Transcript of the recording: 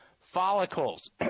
follicles